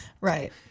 Right